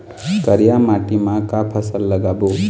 करिया माटी म का फसल लगाबो?